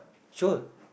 sure